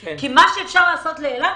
כי מה שאפשר לעשות לאילת,